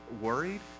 worried